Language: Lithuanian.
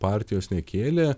partijos nekėlė